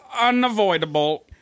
unavoidable